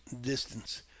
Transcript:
distance